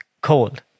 cold